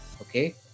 Okay